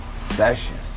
Sessions